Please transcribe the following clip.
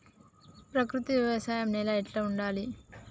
ప్రకృతి వ్యవసాయం నేల ఎట్లా ఉండాలి?